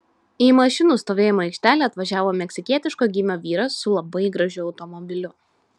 į mašinų stovėjimo aikštelę atvažiavo meksikietiško gymio vyras su labai gražiu automobiliu